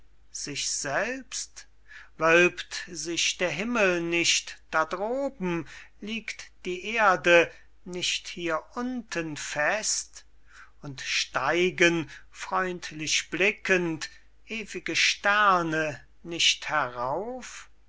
sich selbst wölbt sich der himmel nicht dadroben liegt die erde nicht hierunten fest und steigen freundlich blickend ewige sterne nicht herauf